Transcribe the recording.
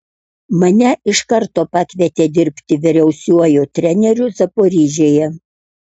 mane iš karto pakvietė dirbti vyriausiuoju treneriu zaporižėje